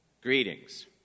Greetings